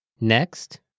Next